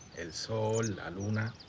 and sol, la luna.